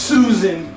Susan